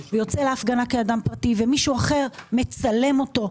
והוא יוצא להפגנה כאדם פרטי ומישהו אחר מצלם אותו,